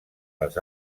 les